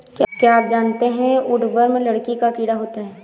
क्या आप जानते है वुडवर्म लकड़ी का कीड़ा होता है?